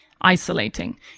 isolating